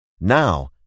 Now